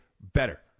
better